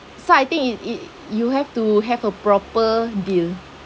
so I think it it you have to have a proper bill